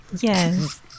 Yes